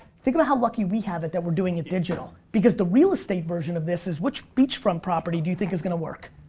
think about how lucky we have it that we're doing it digital. because the real estate version of this is which beach front property do you think is gonna work.